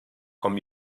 com